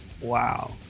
Wow